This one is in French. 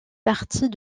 partie